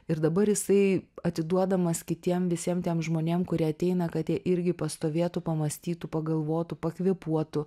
ir dabar jisai atiduodamas kitiem visiem tiem žmonėm kurie ateina kad jie irgi pastovėtų pamąstytų pagalvotų pakvėpuotų